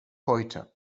heute